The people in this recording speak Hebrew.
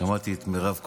שמעתי את מירב כהן.